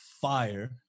fire